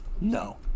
no